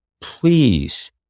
please